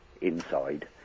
inside